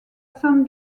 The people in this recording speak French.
san